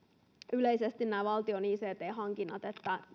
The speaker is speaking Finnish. yleisesti nämä valtion ict hankinnat